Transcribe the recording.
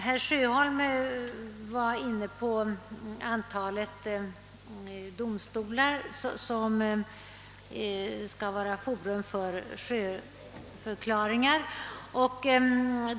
Herr Sjöholm var inne på frågan om antalet domstolar som skall vara forum för sjöförklaringar.